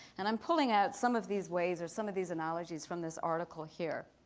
and i'm pulling out some of these ways or some of these analogies from this article here.